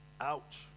Ouch